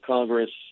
Congress